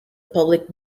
public